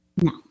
No